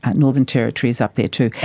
ah northern territory is up there too.